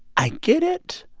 i get it.